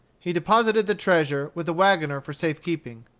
he deposited the treasure with the wagoner for safe keeping.